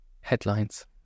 headlines